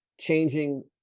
changing